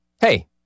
Hey